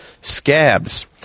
scabs